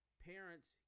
parents